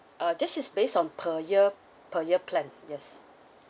uh this is based on per year per year plan yes